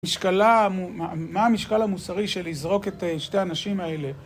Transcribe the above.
מה המשקל המוסרי של לזרוק את שתי הנשים האלה?